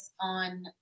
on